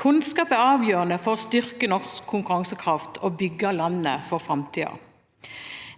Kunnskap er avgjørende for å styrke norsk konkurransekraft og bygge landet for framtiden.